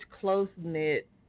close-knit